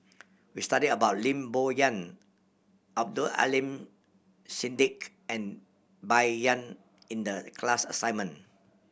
we studied about Lim Bo Yam Abdul Aleem Siddique and Bai Yan in the class assignment